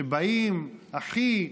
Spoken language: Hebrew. שבאים: אחיי,